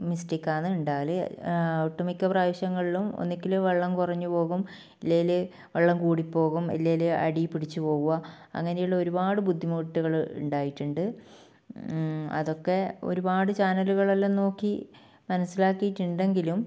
mistake ആണുണ്ടാവല് ഒട്ടുമിക്ക പ്രാവശ്യങ്ങളിലും ഒന്നുകിൽ വെള്ളം കുറഞ്ഞ് പോകും ഇല്ലെങ്കിൽ വെള്ളം കൂടി പോകും ഇല്ലേൽ അടിയിൽ പിടിച്ച് പോവുക അങ്ങനെയുള്ള ഒരുപാട് ബുദ്ധിമുട്ടുകൾ ഉണ്ടായിട്ടുണ്ട് അതൊക്കെ ഒരുപാട് ചാനലുകളെല്ലാം നോക്കി മനസ്സിലാക്കീട്ടുണ്ടെങ്കിലും